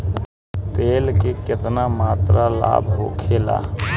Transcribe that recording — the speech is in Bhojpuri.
तेल के केतना मात्रा लाभ होखेला?